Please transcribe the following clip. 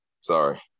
Sorry